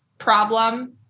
problem